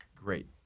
Great